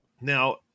Now